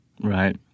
Right